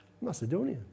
Macedonia